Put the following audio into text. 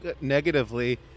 negatively